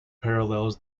parallels